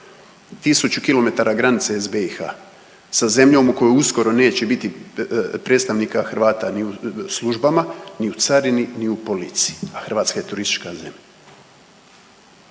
Tisuću kilometara granice s BiH. Sa zemljom u kojoj uskoro neće biti predstavnika Hrvata ni u službama, ni u carini, ni u policiji, a Hrvatska je turistička zemlja.